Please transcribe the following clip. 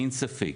אין ספק,